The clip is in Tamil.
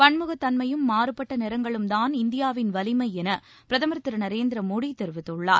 பன்முகத் தன்மையும் மாறுபட்ட நிறங்களும்தான் இந்தியாவின் வலிமை என பிரதமர் திரு நரேந்திர மோடி தெரிவித்துள்ளார்